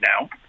now